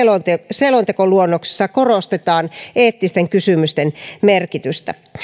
selontekoluonnoksessa korostetaan eettisten kysymysten merkitystä